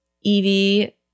Evie